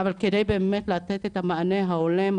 אבל כדי באמת לתת את המענה ההולם,